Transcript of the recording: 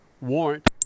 Warrant